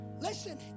Listen